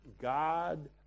God